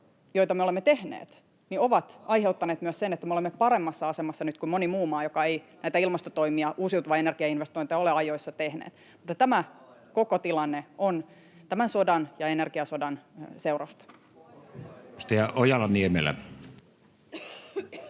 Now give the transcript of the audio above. joita me olemme tehneet, ovat aiheuttaneet myös sen, että me olemme nyt paremmassa asemassa kuin moni muu maa, joka ei näitä ilmastotoimia, uusiutuvan energian investointeja, ole ajoissa tehnyt. Mutta tämä koko tilanne on tämän sodan ja energiasodan seurausta. [Speech